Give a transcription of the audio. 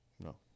no